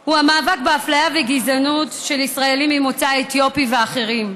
היא המאבק באפליה ובגזענות של ישראלים ממוצא אתיופי ואחרים,